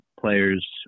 players